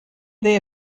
they